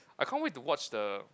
I can't wait to watch the